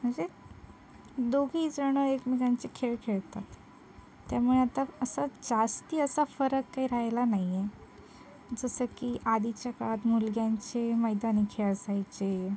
म्हणजे दोघेही जणं एकमेकांचे खेळ खेळतात त्यामुळे आता असा जास्ती असा फरक काही राहिला नाही आहे जसं की आधीच्या काळात मुलग्यांचे मैदानी खेळ असायचे